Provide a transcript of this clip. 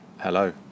Hello